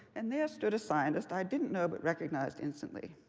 and there stood a scientist i didn't know, but recognized instantly.